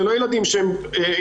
אלו לא ילדים חרדים.